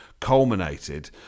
culminated